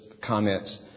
comments